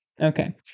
Okay